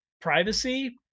privacy